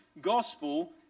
gospel